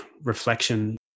reflection